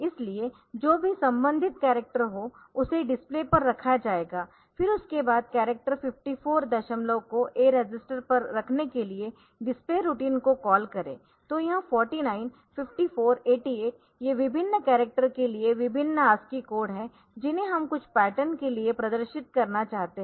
इसलिए जो भी संबंधित कॅरक्टर हो उसे डिस्प्ले पर रखा जाएगा फिर उसके बाद कॅरक्टर 54 दशमलव को A रजिस्टर पर रखने के लिए डिस्प्ले रूटीन को कॉल करें तो यह 49 54 88 ये विभिन्न कॅरक्टर के लिए विभिन्न ASCII कोड है जिन्हें हम कुछ पैटर्न के लिए प्रदर्शित करना चाहते है